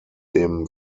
dem